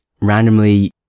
randomly